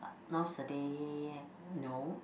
uh nowadays no